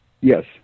Yes